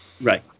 Right